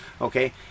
Okay